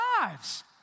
lives